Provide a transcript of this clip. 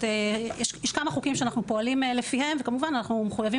יש כמה חוקים שאנחנו פועלים לפיהם וכמובן אנחנו מחויבים